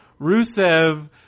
Rusev